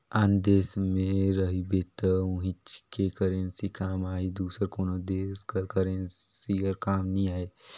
आन देस गे रहिबे त उहींच के करेंसी काम आही दूसर कोनो देस कर करेंसी हर काम नी आए